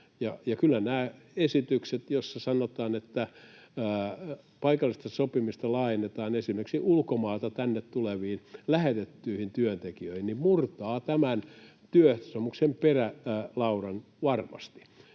esitykset, joissa sanotaan, että paikallista sopimista laajennetaan esimerkiksi ulkomailta tänne tuleviin lähetettyihin työntekijöihin, murtavat tämän työehtosopimuksen perälaudan varmasti,